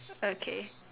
okay